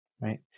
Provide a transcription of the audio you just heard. right